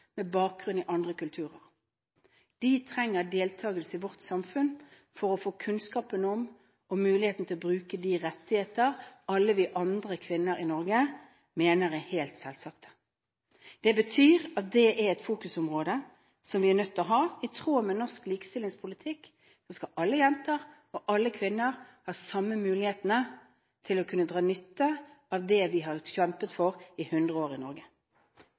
med bakgrunn i andre kulturer. De trenger deltakelse i vårt samfunn for å få kunnskapen om og muligheten til å bruke de rettigheter alle vi andre kvinner i Norge mener er helt selvsagte. Det betyr at det er et område som vi er nødt til å ha fokus på. I tråd med norsk likestillingspolitikk skal alle jenter og alle kvinner ha de samme mulighetene til å kunne dra nytte av det vi har kjempet for i 100 år i Norge.